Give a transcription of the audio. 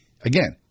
Again